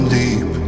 deep